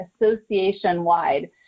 association-wide